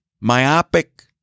myopic